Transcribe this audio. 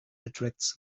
attracts